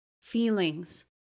feelings